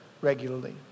regularly